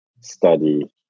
study